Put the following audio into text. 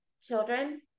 children